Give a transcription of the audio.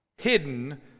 hidden